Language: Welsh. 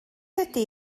ydy